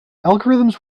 algorithms